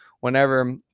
whenever